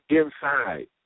inside